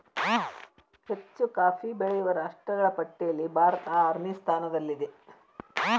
ಹೆಚ್ಚು ಕಾಫಿ ಬೆಳೆಯುವ ರಾಷ್ಟ್ರಗಳ ಪಟ್ಟಿಯಲ್ಲಿ ಭಾರತ ಆರನೇ ಸ್ಥಾನದಲ್ಲಿದೆ